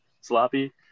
sloppy